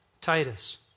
Titus